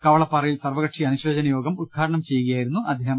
കവളപ്പാറയിൽ സർവകക്ഷി അനുശോചനയോഗം ഉദ്ഘാടനം ചെയ്യുകയായിരുന്നു അദ്ദേഹം